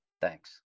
Thanks